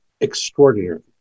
extraordinary